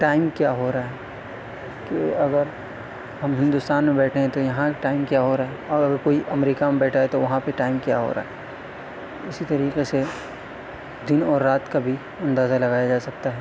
time کیا ہو رہا ہے کہ اگر ہم ہندوستان میں بیٹھے ہیں تو یہاں ٹائم کیا ہو رہا ہے اور کوئی امریکہ میں بیٹھا ہے تو وہاں پہ ٹائم کیا ہو رہا ہے اسی طریقے سے دن اور رات کا بھی اندازہ لگایا جا سکتا ہے